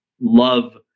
love